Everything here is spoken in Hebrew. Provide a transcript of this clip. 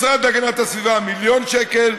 משרד להגנת הסביבה, מיליון שקל,